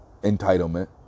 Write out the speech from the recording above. entitlement